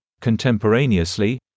contemporaneously